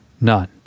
none